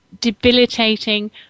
debilitating